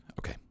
Okay